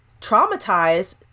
traumatized